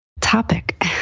topic